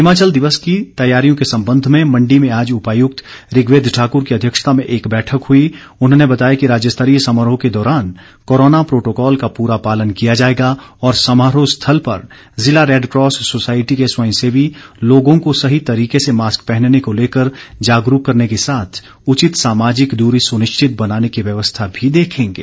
हिमाचल दिवस की तैयारियों के संबंध में मण्डी में आज उपायुक्त ऋग्वेद ठाकुर की अध्यक्षता में एक बैठक हुई उन्होंने बताया कि राज्यस्तरीय समारोह के दौरान कोरोना प्रोटोकॉल का पूरा पालन किया जाएगा और समारोह स्थल पर जिला रैडकॉस सोसायटी के स्वयंसेवी लोगों को सही तरीके से मास्क पहनने को लेकर जागरूक करने के साथ उचित सामाजिक दूरी सुनिश्चित बनाने की व्यवस्था भी देखेंगे